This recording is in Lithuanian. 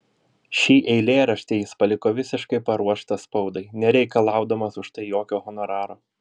šį eilėraštį jis paliko visiškai paruoštą spaudai nereikalaudamas už tai jokio honoraro